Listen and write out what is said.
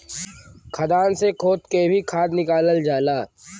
खदान से खोद के भी खाद निकालल जाला